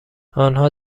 آنها